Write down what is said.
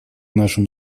нашим